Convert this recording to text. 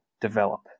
develop